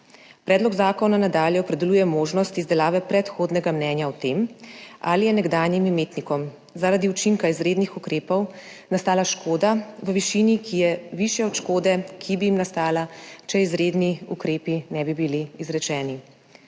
Predlog zakona nadalje opredeljuje možnost izdelave predhodnega mnenja o tem, ali je nekdanjim imetnikom zaradi učinka izrednih ukrepov nastala škoda v višini, ki je višja od škode, ki bi jim nastala, če izredni ukrepi ne bi bili izrečeni.